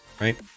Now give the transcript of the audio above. Right